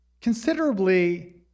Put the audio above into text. considerably